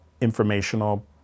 informational